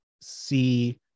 see